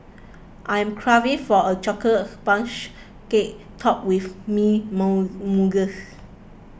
I am craving for a Chocolate Sponge Cake Topped with Mint Mousse